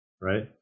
right